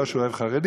לא שהוא אוהב חרדים,